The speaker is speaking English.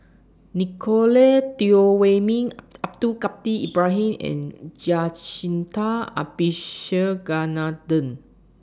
Nicolette Teo Wei Min Abdul Kadir Ibrahim and Jacintha Abisheganaden